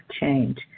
change